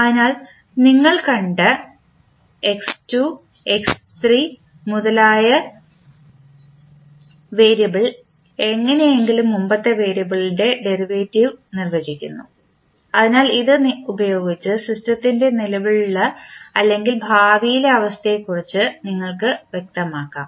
അതിനാൽ നിങ്ങൾ കണ്ട x2 x3 മുതലായ വേരിയബിൾ എങ്ങനെയെങ്കിലും മുമ്പത്തെ വേരിയബിളിന്റെ ഡെറിവേറ്റീവ് നിർവചിക്കുന്നു അതിനാൽ ഇത് ഉപയോഗിച്ച് സിസ്റ്റത്തിന്റെ നിലവിലുള്ള അല്ലെങ്കിൽ ഭാവിയിലെ അവസ്ഥയെക്കുറിച്ച് നിങ്ങൾക്ക് വ്യക്തമാക്കാം